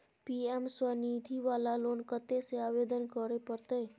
PM Svanidhi वाला loan कत्ते से आवेदन करे परतै?